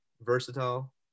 versatile